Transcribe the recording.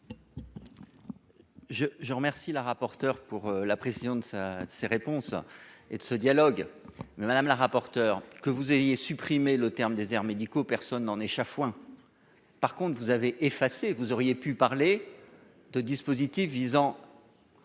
je remercie la rapporteure pour la précision de sa ses réponses et de ce dialogue, mais madame la rapporteure, que vous ayez supprimé le terme déserts médicaux, personne n'en est chafouin, par contre vous avez effacé, vous auriez pu parler de dispositifs visant.